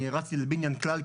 רצתי לבניין כלל,